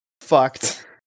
fucked